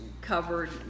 covered